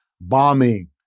bombing